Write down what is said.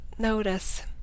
Notice